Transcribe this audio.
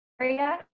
area